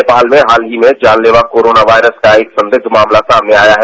नेपाल में हाल ही में जानलेवा कोरोना वायरस का एक संदिग्ध मामला सामने आया है